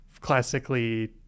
classically